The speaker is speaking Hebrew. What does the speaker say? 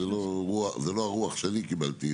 זו לא הרוח שאני קיבלתי.